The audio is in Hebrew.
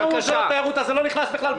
אם הוא לא שייך לתיירות אז זה לא נכנס בסעיף.